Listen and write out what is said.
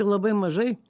labai mažai